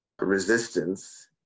resistance